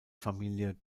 familie